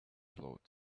float